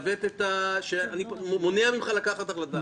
אני מונע ממך לקבל החלטה.